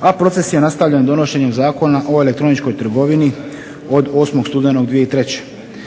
a proces je nastavljen donošenjem Zakona o elektroničkoj trgovini od 8. studenog 2003.